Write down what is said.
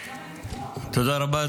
תודה רבה.